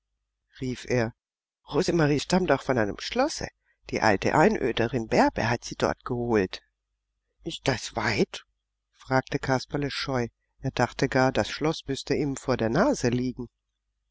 rief er rosemarie stammt aber auch von einem schlosse die alte einöderin bärbe hat sie dort geholt ist das weit fragte kasperle scheu er dachte gar das schloß müßte ihm vor der nase liegen